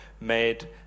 made